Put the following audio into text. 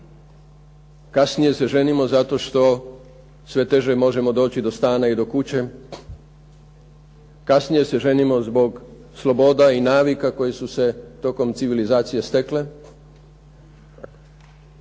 kasnije se ženimo zato što sve teže možemo doći do stana i kuće, kasnije se ženimo zbog sloboda i navika koje su se tokom civilizacije stekle.